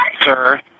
sir